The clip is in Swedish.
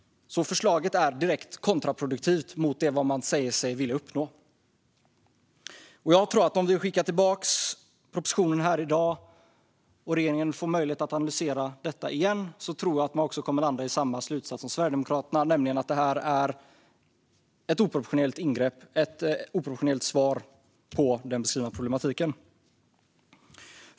Förslaget är alltså direkt kontraproduktivt mot vad man säger sig vilja uppnå. Om vi skickar tillbaka propositionen här i dag och regeringen får möjlighet att analysera detta igen tror jag att man kommer att landa i samma slutsats som Sverigedemokraterna, nämligen att detta är ett oproportionerligt ingrepp och ett oproportionerligt svar på den beskrivna problematiken.